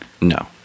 No